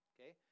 Okay